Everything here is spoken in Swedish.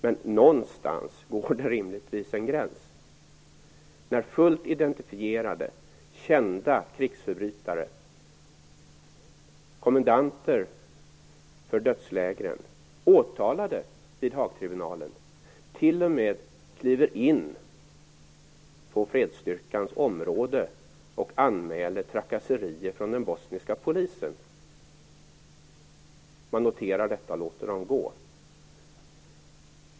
Men någonstans går det rimligtvis en gräns. När fullt identifierade kända krigsförbrytare, kommendanter för dödslägren och åtalade vid Haagtribunalen, t.o.m. kliver in på fredsstyrkans område och anmäler trakasserier från den bosniska polisen noterar man detta och låter dem gå.